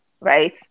right